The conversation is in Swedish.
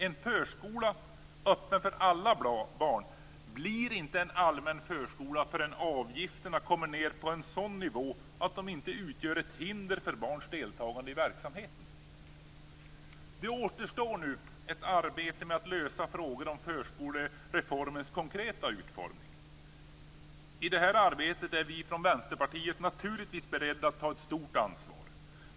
En förskola öppen för alla barn blir inte en allmän förskola förrän avgifterna kommer ned på en sådan nivå att de inte utgör ett hinder för barns deltagande i verksamheten. Det återstår nu ett arbete med att lösa frågor om förskolereformens konkreta utformning. I det arbetet är vi från Vänsterpartiet naturligtvis beredda att ta ett stort ansvar.